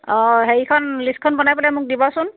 অঁ হেৰি খন লিষ্টখন বনাই পেলাই মোক দিবাচোন